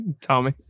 Tommy